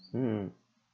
mm